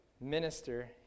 minister